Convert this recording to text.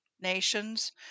Nations